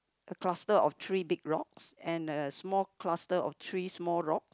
a cluster of three big rocks and a small cluster of three small rock